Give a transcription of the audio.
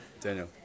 Daniel